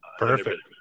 Perfect